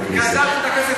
חברי הכנסת,